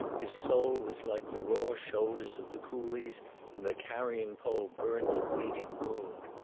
his soul was like the raw shoulders of the coolies and the carrying pole burnt the bleeding wound.